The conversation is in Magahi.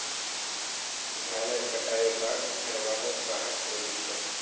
धानेर कटाई बाद घरवालोक राहत मिली छे